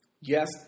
yes